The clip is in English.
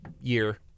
year